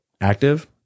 Active